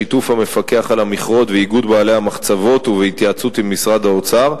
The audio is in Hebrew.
בשיתוף המפקח על המכרות ואיגוד בעלי המחצבות ובהתייעצות עם משרד האוצר,